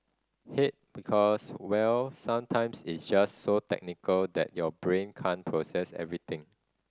hate because well sometimes it's just so technical that your brain can't process everything